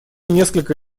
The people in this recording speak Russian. несколько